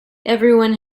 everyone